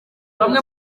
bamwe